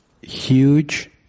huge